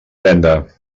venda